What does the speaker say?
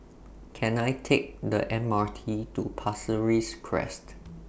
Can I Take The M R T to Pasir Ris Crest